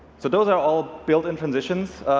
so those are all build in transitions.